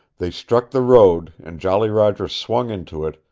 they struck the road, and jolly roger swung into it,